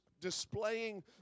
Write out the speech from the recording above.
displaying